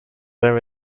there